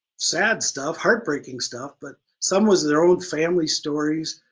sad stuff, heartbreaking stuff, but some was their own family stories.